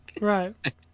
Right